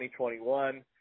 2021